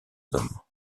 hommes